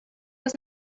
was